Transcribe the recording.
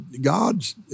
God's